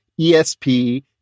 ESP